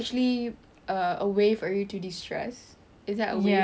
ya so I had to make it like a certain number every month